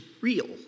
real